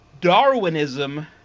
Darwinism